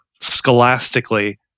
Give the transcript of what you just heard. scholastically